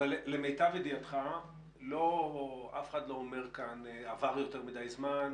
למיטב ידיעתך אף אחד לא אומר כאן שעבר יותר מדי זמן.